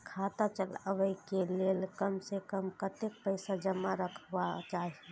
खाता चलावै कै लैल कम से कम कतेक पैसा जमा रखवा चाहि